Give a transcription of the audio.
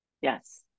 Yes